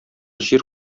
җир